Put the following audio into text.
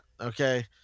okay